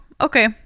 okay